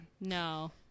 No